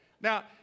Now